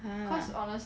!huh!